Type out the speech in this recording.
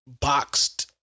boxed